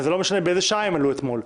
וזה לא משנה באיזו שעה הם עלו אתמול,